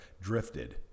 drifted